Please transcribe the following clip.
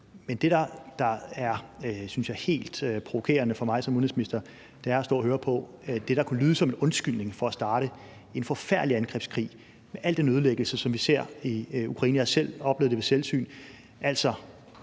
Men det, der er helt provokerende for mig som udenrigsminister at stå at høre på, er det, der kunne lyde som en undskyldning for at starte en forfærdelig angrebskrig med al den ødelæggelse, som vi ser i Ukraine. Jeg har oplevet det ved selvsyn.